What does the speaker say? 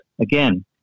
again